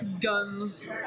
guns